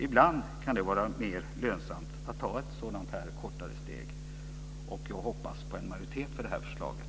Ibland kan det vara mer lönsamt att ta ett sådant här kortare steg. Jag hoppas på en majoritet för det här förslaget.